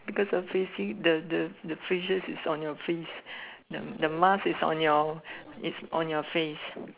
because obviously the the the is on your face the the mask is on your is on your face